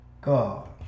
God